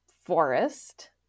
forest